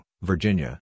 Virginia